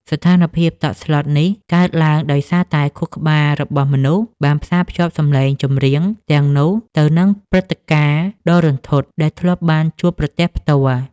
ស្ថានភាពតក់ស្លុតនេះកើតឡើងដោយសារតែខួរក្បាលរបស់មនុស្សបានផ្សារភ្ជាប់សម្លេងចម្រៀងទាំងនោះទៅនឹងព្រឹត្តិការណ៍ដ៏រន្ធត់ដែលធ្លាប់បានជួបប្រទះផ្ទាល់។